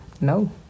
No